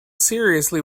seriously